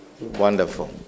Wonderful